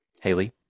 Haley